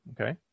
Okay